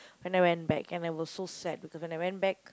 when I went back and I was so sad because when I went back